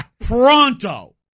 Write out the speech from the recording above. pronto